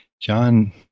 John